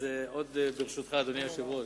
עוד ברשותך, אדוני היושב-ראש,